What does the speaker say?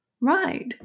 right